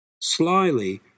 Slyly